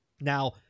Now